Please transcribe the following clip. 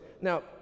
Now